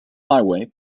highway